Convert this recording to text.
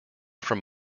from